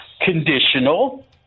conditional